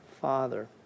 Father